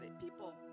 people